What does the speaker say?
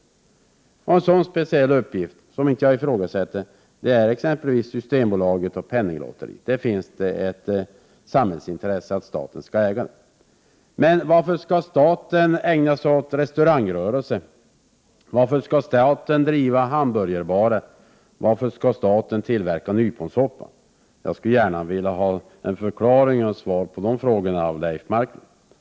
Exempel på verksamhet med sådana speciella uppgifter, vilken jag inte ifrågasätter, är Systembolaget och Penninglotteriet. Det finns ett samhällsintresse av att dessa ägs av staten. Men varför skall staten ägna sig åt restaurangrörelse? Varför skall staten driva hamburgerbarer? Varför skall staten tillverka nyponsoppa? Jag skulle gärna vilja ha svar på dessa frågor av Leif Marklund.